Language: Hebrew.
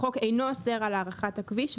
החוק אינו אוסר על הארכת הכביש,